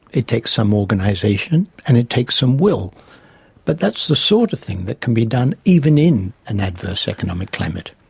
it takes some organisation and it takes some will but that's the sort of thing that can be done even in an adverse economic climate.